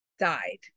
died